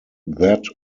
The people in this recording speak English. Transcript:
that